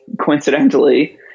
coincidentally